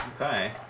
Okay